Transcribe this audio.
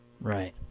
Right